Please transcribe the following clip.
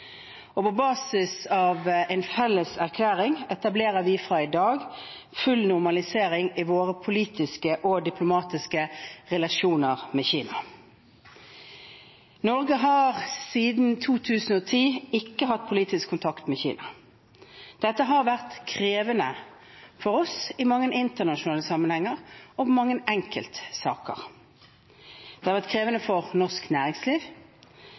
utenriksminister. På basis av en felles erklæring etablerer vi fra i dag full normalisering i våre politiske og diplomatiske relasjoner til Kina. Norge har siden 2010 ikke hatt politisk kontakt med Kina. Dette har vært krevende for oss i mange internasjonale sammenhenger og i mange enkeltsaker. Det har vært krevende for norsk næringsliv.